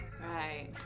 Right